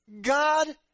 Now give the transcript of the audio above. God